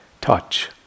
touch